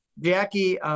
Jackie